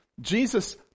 Jesus